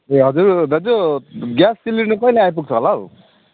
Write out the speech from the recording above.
ए हजुर दाजु gas cylinder कहिले आइपुग्छ होला हौ